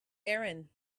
erin